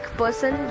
person